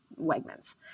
Wegmans